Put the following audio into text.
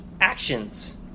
Actions